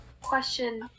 question